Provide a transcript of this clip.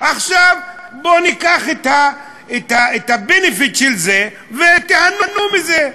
עכשיו בוא ניקח את ה-benefit של זה ותיהנו מזה.